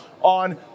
on